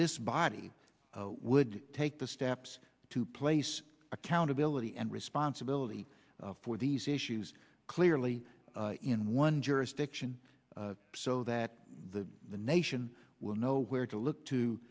this body would take the steps to place accountability and responsibility for these issues clearly in one jurisdiction so that the nation will know where to look to